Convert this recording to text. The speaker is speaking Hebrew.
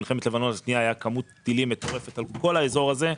במלחמת לבנון השנייה הייתה כמות טילים מטורפת על כל האזור הזה.